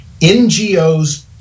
NGOs